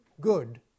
good